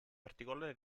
particolare